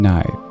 Night